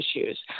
issues